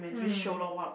mm